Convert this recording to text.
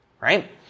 right